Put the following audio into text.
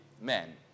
Men